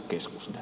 toisekseen